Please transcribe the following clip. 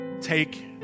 Take